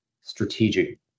strategic